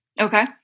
Okay